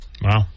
Wow